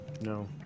No